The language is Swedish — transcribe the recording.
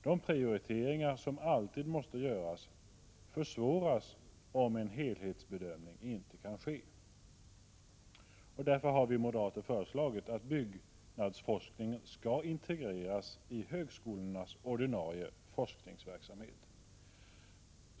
De prioriteringar som alltid måste göras försvåras om en helhetsbedömning inte kan ske. Därför har vi moderater föreslagit att byggnadsforskningen skall integreras i högskolans ordinarie forskningsverksamhet.